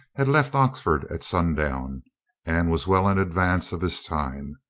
had left oxford at sundown and was well in advance of his time.